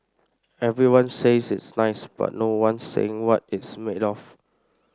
everyone says it's nice but no one's saying what it's made of